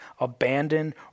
abandoned